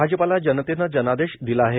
भाजपाला जनतेनं जनादेश दिला आहे